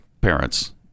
parents